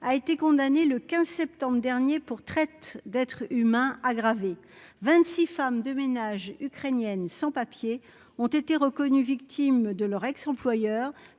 a été condamné le 15 septembre dernier pour traite d'être s'humains aggravée 26 femmes de ménage ukrainienne sans-papiers ont été reconnus victimes de leur ex-employeur